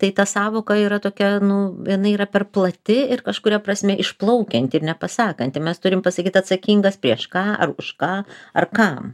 tai ta sąvoka yra tokia nu jinai yra per plati ir kažkuria prasme išplaukianti ir nepasakanti mes turim pasakyt atsakingas prieš ką ar už ką ar kam